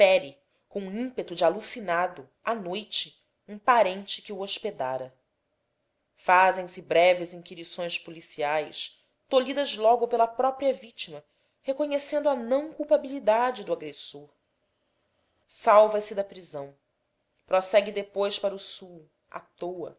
fere com ímpeto de alucinado à noite um parente que o hospedara fazem-se breves inquirições policiais tolhidas logo pela própria vítima reconhecendo a não culpabilidade do agressor salva se da prisão prossegue depois para o sul à toa